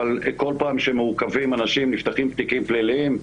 אבל כל פעם שמעוכבים אנשים נפתחים תיקים פליליים,